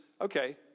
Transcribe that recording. okay